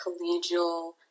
collegial